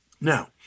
Now